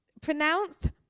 pronounced